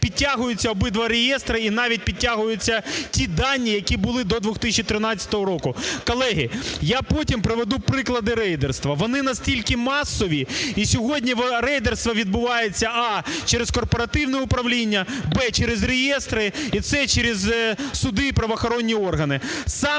Підтягуються обидва реєстри, і навіть підтягуються ті дані, які були до 2013 року. Колеги, я потім приведу приклади рейдерства, вони настільки масові. І сьогодні рейдерство відбувається: а) через корпоративне управління; б) через реєстри; і це через суди і правоохоронні органи.